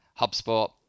HubSpot